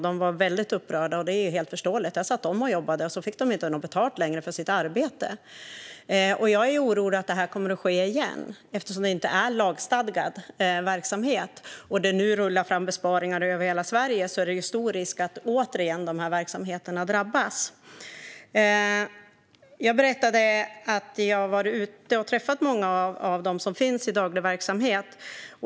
De var väldigt upprörda, och det är förståeligt. Där satt de och jobbade, och så fick de inte längre något betalt för sitt arbete. Jag är orolig att detta kommer att ske igen. Eftersom detta inte är en lagstadgad verksamhet och det nu rullar fram besparingar över hela Sverige är risken stor att dessa verksamheter återigen drabbas. Jag berättade att jag varit ute och träffat många av dem som finns i daglig verksamhet.